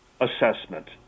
assessment